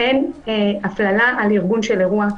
אין הפללה על ארגון אירוע.